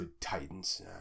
Titans